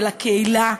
אל הקהילה,